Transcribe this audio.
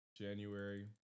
january